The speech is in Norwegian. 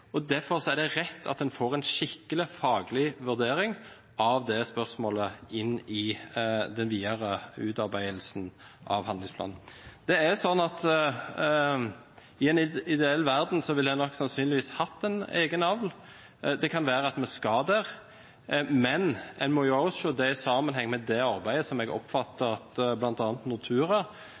og derfor er det rett at en får en skikkelig, faglig vurdering av spørsmålene i den videre utarbeidelsen av handlingsplanen. I en ideell verden ville en sannsynligvis hatt en egen avl. Det kan være at vi kommer dithen, men en må også se det i sammenheng med det arbeidet som jeg